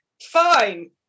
Fine